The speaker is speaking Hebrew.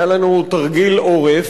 היה לנו תרגיל עורף,